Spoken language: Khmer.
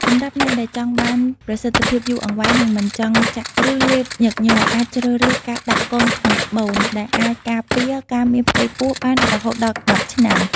សម្រាប់អ្នកដែលចង់បានប្រសិទ្ធភាពយូរអង្វែង និងមិនចង់ចាក់ឬលេបញឹកញាប់ អាចជ្រើសរើសការដាក់កងក្នុងស្បូន ដែលអាចការពារការមានផ្ទៃពោះបានរហូតដល់ ១០ ឆ្នាំ។